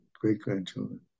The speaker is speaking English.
great-grandchildren